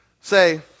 say